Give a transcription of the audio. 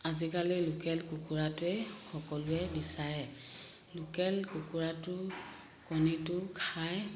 আজিকালি লোকেল কুকুৰাটোৱে সকলোৱে বিচাৰে লোকেল কুকুৰাটো কণীটো খাই